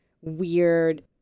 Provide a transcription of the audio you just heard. weird